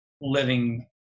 living